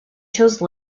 chose